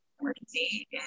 emergency